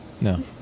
No